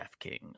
DraftKings